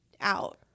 out